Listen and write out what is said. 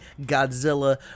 godzilla